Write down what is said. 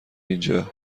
اینجا